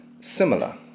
similar